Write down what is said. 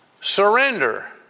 surrender